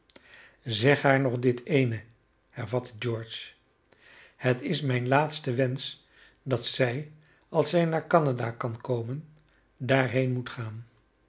zeg haar nog dit eene hervatte george het is mijn laatste wensch dat zij als zij naar canada kan komen daarheen moet gaan